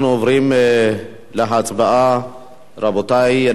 אנחנו עוברים להצבעה, רבותי.